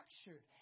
structured